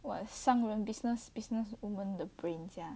!wah! 商人 business business woman 的 brain 这样